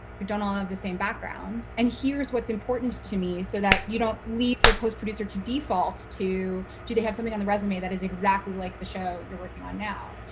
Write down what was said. don't all have the same background. and here's what's important to me so that you don't leave your post producer to default to do they have something on the resume that is exactly like the show you're working on now?